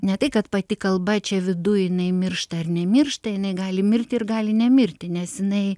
ne tai kad pati kalba čia viduj jinai miršta ar nemiršta jinai gali mirti ir gali nemirti nes jinai